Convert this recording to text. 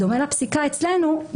בדומה לפסיקה אצלנו,